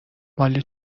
مال